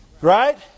Right